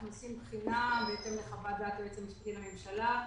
עושים בחינה בהתאם לחוות דעת היועץ המשפטי לממשלה,